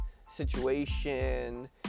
situation